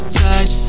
touch